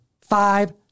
five